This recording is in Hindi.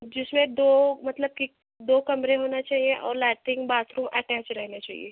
जिसमें दो मतलब कि दो कमरे होना चाहिए और लैट्रिंग बाथरूम एटैच रहना चाहिए